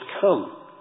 come